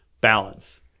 balance